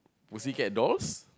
Pussycat Dolls